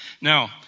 Now